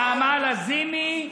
נעמה לזימי,